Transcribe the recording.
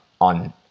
on